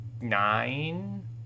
nine